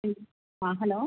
അ അ ഹലോ